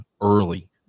early